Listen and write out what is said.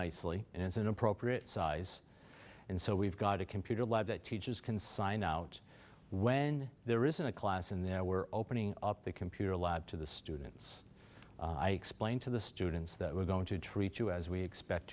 nicely and it's an appropriate size and so we've got a computer lab that teachers can sign out when there isn't a class in there we're opening up the computer lab to the students i explained to the students that we're going to treat you as we expect